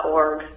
.org